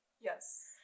Yes